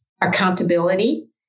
accountability